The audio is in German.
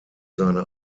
seine